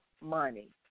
money